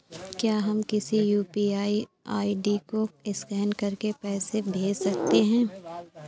क्या हम किसी यू.पी.आई आई.डी को स्कैन करके पैसे भेज सकते हैं?